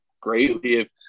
greatly